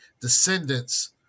descendants